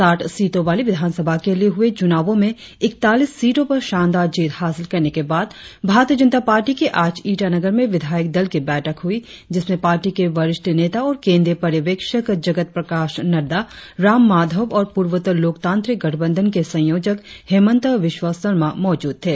साठ सीटों वाली विधानसभा के लिए हुए चुनावो में इक्तालीस सीटों पर शानदार जीत हासिल करने के बाद भारतीय जनता पार्टी की आज ईटानगर में विधायक दल की बैठक हुई जिसमें पार्टी के वरिष्ठ नेता और केंद्रीय पर्यवेक्षक जगत प्रकाश नड़डा राम माधव और पूर्वोत्तर लोकतांत्रिक गठबंधन के संयोजक हेमंता बिश्वा सरमा मौजूद थे